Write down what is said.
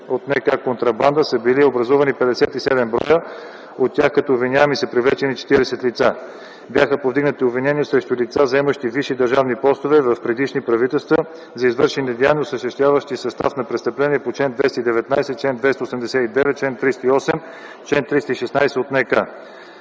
– контрабанда, са били образувани 57 броя. От тях като обвиняеми са привлечени 40 лица; - бяха повдигнати обвинения срещу лица, заемащи висши държавни постове в предишни правителства за извършени деяния, осъществяващи състав на престъпление по чл. 219, чл. 289, чл. 308 и чл. 316 от